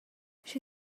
she